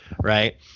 right